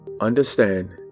understand